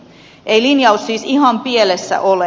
ei linjaus siis ihan pielessä ole